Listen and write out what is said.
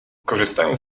korzystając